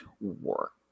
work